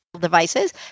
devices